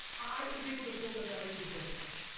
i was able to build a very big business.